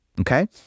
okay